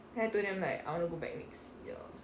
then I told them like I want to go back next year